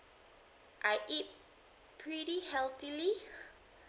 I eat pretty healthily